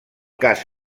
cas